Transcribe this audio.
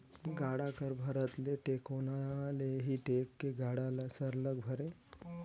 गाड़ा कर भरत ले टेकोना ले ही टेक के गाड़ा ल सरलग भरे